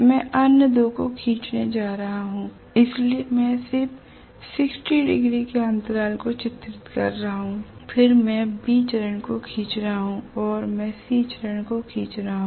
मैं अन्य दो को खींचने जा रहा हूं इसलिए मैं सिर्फ 60 डिग्री के अंतराल को चित्रित कर रहा हूं फिर मैं B चरण को खींच रहा हूं और मैं C चरण को खींच रहा हूं